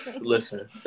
listen